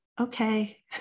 okay